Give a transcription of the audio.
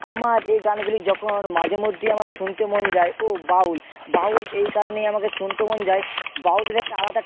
আমার এই গানগুলি যখন মাঝে মধ্যেই আমার শুনতে মন যায় ও বাউল বাউল এই কারণেই আমাকে শুনতে মন যায় বাউলের একটা আলাদা